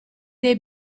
dei